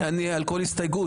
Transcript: על כל הסתייגות.